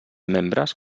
membres